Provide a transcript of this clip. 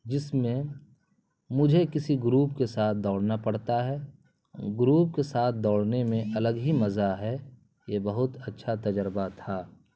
جس میں مجھے کسی گروپ کے ساتھ دوڑنا پڑتا ہے گروپ کے ساتھ دوڑنے میں الگ ہی مزہ ہے یہ بہت اچھا تجربہ تھا